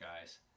guys